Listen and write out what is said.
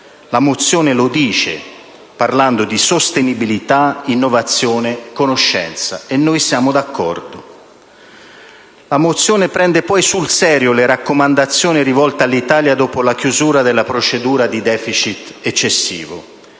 La risoluzione lo dice, parlando di sostenibilità, innovazione, conoscenza, e noi siamo d'accordo. La proposta di risoluzione prende poi sul serio le raccomandazioni rivolte all'Italia dopo la chiusura della procedura di *deficit* eccessivo.